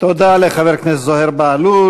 תודה לחבר הכנסת זוהיר בהלול.